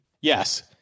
Yes